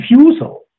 refusal